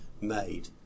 made